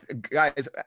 Guys